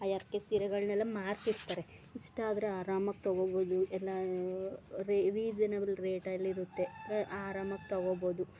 ಆಯಾ ಹರ್ಕೆ ಸೀರೆಗಳನ್ನೆಲ್ಲ ಮಾರ್ತಿರ್ತಾರೆ ಇಷ್ಟ ಆದರೆ ಆರಾಮಾಗಿ ತಗೋಬೌದು ಎಲ್ಲಾ ರೀಝನೆಬಲ್ ರೇಟ್ ಅಲ್ಲಿರುತ್ತೆ ಆರಾಮಾಗಿ ತಗೋಬೌದು